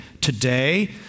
Today